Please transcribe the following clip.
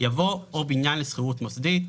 יבוא "או בניין לשכירות מוסדית".